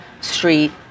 street